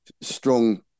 strong